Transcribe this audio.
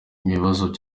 ibibazo